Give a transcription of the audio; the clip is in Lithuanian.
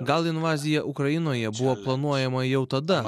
gal invazija ukrainoje buvo planuojama jau tada